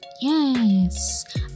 yes